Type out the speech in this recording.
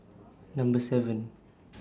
Number seven